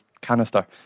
canister